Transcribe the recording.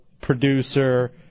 producer